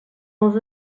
els